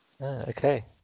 okay